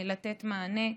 לתת מענה.